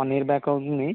one year back అవుతుంది